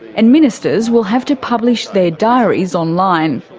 and ministers will have to publish their diaries online.